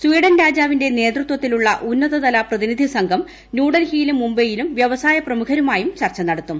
Sweden രാജാവിന്റെ നേതൃത്വത്തിലുള്ള ഉന്നത തല പ്രതിനിധി സംഘം ന്യൂഡൽഹിയിലും മുംബെയിലും വൃവസായ പ്രമുഖരുമായും ചർച്ച നടത്തും